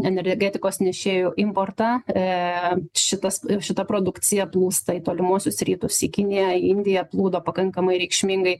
energetikos nešėjų importą šitas šita produkcija plūsta į tolimuosius rytus į kiniją indiją plūdo pakankamai reikšmingai